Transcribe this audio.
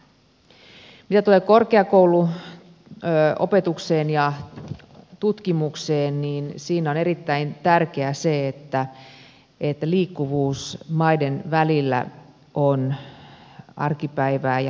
mitä tulee korkeakouluopetukseen ja tutkimukseen siinä on erittäin tärkeää se että liikkuvuus maiden välillä on arkipäivää ja luonnollista